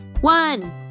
One